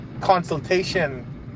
consultation